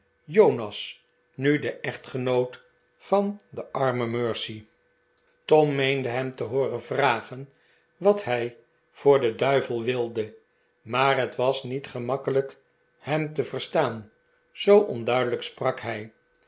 jonas nu de echtgenoot van de arme mercy tom meende hem te hooren vragen wat hij voor den duivel wilde maar het was niet gemakkelijk hem te verstaan zoo onduidelijk sprak hij